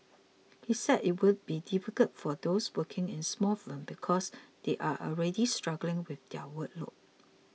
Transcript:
he said it would be difficult for those working in small firms because they are already struggling with their workload